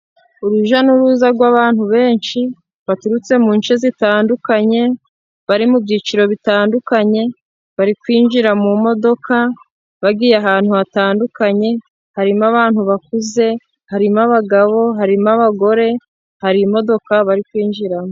Urujya n'uruza rw'abantu benshi baturutse mu bice zitandukanye, bari mu byiciro bitandukanye, bari kwinjira mu modoka, bagiye ahantu hatandukanye, harimo abantu bakuze, harimo abagabo, harimo abagore, hari imodoka bari kwinjiramo.